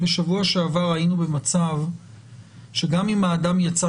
בשבוע שעבר היינו במצב שגם אם האדם יצא